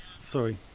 Sorry